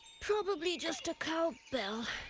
probably just a cow bell.